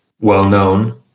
well-known